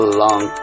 long